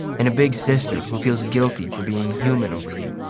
and a big sister who feels guilty for being human over you.